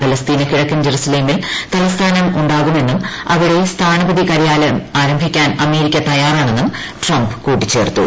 പലസ്തീനു കിഴക്കൻ ജരു്സ്ലേമിൽ തലസ്ഥാനം ഉണ്ടാകുമെന്നും അവിടെ സ്ഥാനപത്യി കൃട്ടരൃാലയം ആരംഭിക്കാൻ അമേരിക്ക തയ്യാറാണെന്നും ട്രംപ്പ് കൂട്ടിച്ചേർത്തു